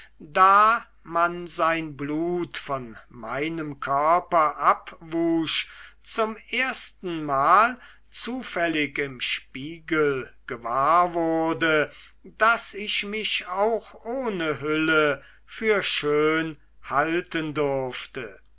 da man sein blut von meinem körper abwusch zum erstenmal zufällig im spiegel gewahr wurde daß ich mich auch ohne hülle für schön halten durfte